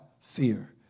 fear